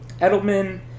Edelman